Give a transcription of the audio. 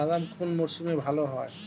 বাদাম কোন মরশুমে ভাল হয়?